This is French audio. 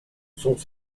sont